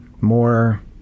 more